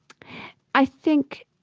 i think